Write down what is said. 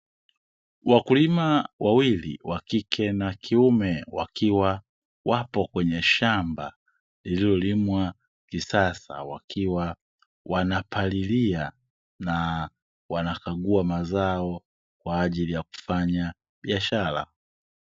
Wakulima wawili (wa kike na kiume) wakiwa wapo kwenye shamba lililolimwa kisasa, wakiwa wanapalilia na wanakagua mazao kwa ajili ya kufanya biashara.